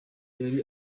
yari